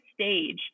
stage